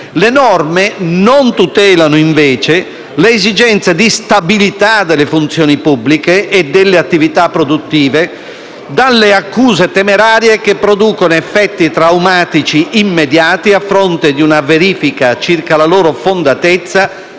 Le norme non tutelano, invece, l'esigenza di stabilità delle funzioni pubbliche e delle attività produttive dalle accuse temerarie che producono effetti traumatici immediati, a fronte di una verifica circa la loro fondatezza